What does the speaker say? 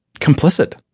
complicit